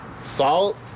salt